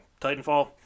Titanfall